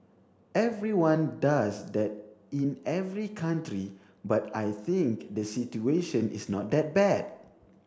everyone does that in every country but I think the situation is not that bad